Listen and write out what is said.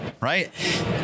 right